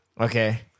Okay